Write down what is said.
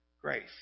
grace